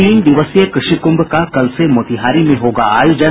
तीन दिवसीय कृषि कुंभ का कल से मोतिहारी में होगा आयोजन